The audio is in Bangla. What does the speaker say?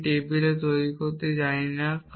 আমি টেবিলে তৈরি করতে চাই না